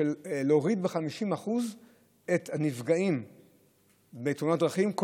להוריד ב-50% את הנפגעים בתאונות דרכים,